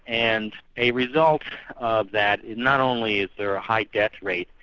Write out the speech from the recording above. and a result of that is not only is there a high death rate,